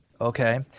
okay